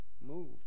Move